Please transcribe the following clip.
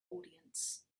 audience